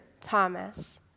Thomas